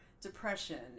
depression